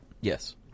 Yes